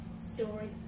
story